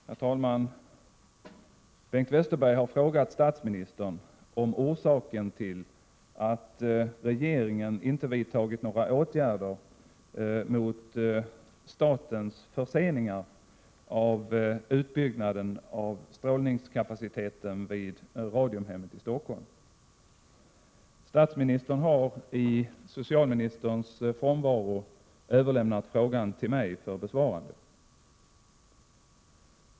Herr talman! Bengt Westerberg har frågat statsministern om orsaken till att regeringen inte vidtagit några åtgärder mot statens förseningar av utbyggnaden av strålningskapaciteten vid Radiumhemmet i Stockholm. Statsministern har i socialministerns frånvaro överlämnat frågan till mig för besvarande.